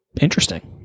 Interesting